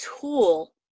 tool